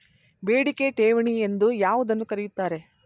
ಬೇಡಿಕೆ ಠೇವಣಿ ಎಂದು ಯಾವುದನ್ನು ಕರೆಯುತ್ತಾರೆ?